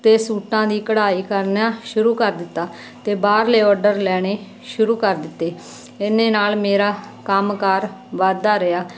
ਅਤੇ ਸੂਟਾਂ ਦੀ ਕਢਾਈ ਕਰਨਾ ਸ਼ੁਰੂ ਕਰ ਦਿੱਤਾ ਅਤੇ ਬਾਹਰਲੇ ਓਰਡਰ ਲੈਣੇ ਸ਼ੁਰੂ ਕਰ ਦਿੱਤੇ ਇੰਨੇ ਨਾਲ ਮੇਰਾ ਕੰਮ ਕਾਰ ਵੱਧਦਾ ਰਿਹਾ